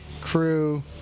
Crew